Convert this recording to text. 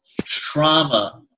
trauma